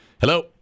Hello